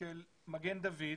של מגן דוד,